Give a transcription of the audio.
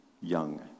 young